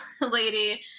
lady